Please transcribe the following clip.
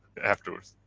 afterwards.